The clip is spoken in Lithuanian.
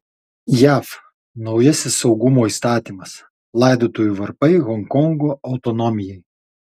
jav naujasis saugumo įstatymas laidotuvių varpai honkongo autonomijai